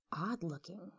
Odd-looking